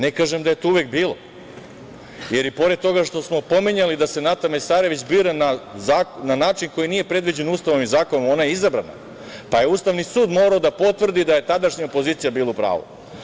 Ne kažem da je to uvek bilo, jer i pored toga što smo pominjali da se Nara Mesarević bira na način koji nije predviđen Ustavom i zakonom ona je izabrana, pa je Ustavni sud morao da potvrdi da je tadašnja opozicija bila u pravu.